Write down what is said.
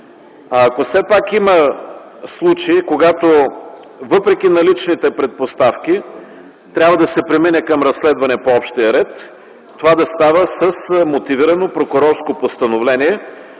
Ако все пак има случай, когато, въпреки наличните предпоставки, трябва да се премине към разследване по общия ред, това да става с мотивирано прокурорско постановление,